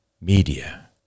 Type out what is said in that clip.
media